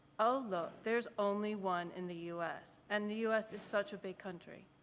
oh look, there's only one in the us. and the us is such a big country.